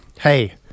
Hey